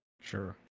Sure